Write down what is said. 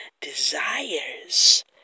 desires